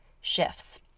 shifts